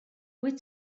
wyt